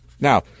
Now